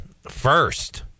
first